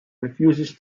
refuses